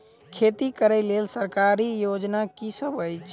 खेती करै लेल सरकारी योजना की सब अछि?